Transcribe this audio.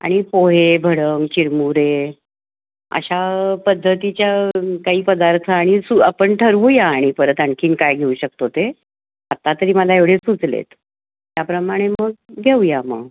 आणि पोहे भडंग चिरमुरे अशा पद्धतीच्या काही पदार्थ आणि सु आपण ठरवूया आणि परत आणखी काय घेऊ शकतो ते आत्ता तरी मला एवढे सुचलेत त्याप्रमाणे मग घेऊया मग